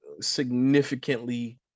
significantly